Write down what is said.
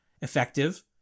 effective